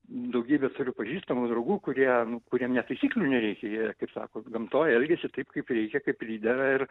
daugybę turiu pažįstamų draugų kurie kuriem net taisyklių nereikia jie kaip sako gamtoj elgiasi taip kaip reikia kaip pridera ir